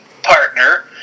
Partner